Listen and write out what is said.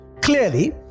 Clearly